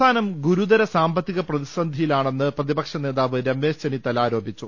സംസ്ഥാനം ഗുരുതര സാമ്പത്തിക പ്രതിസന്ധിയി ലാണെന്ന് പ്രതിപക്ഷ നേതാവ് രമേശ് ചെന്നിത്തല ആരോപിച്ചു